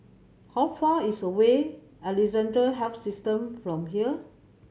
how far is away Alexandra Health System from here